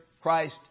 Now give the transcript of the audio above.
Christ